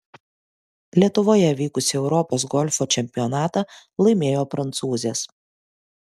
lietuvoje vykusį europos golfo čempionatą laimėjo prancūzės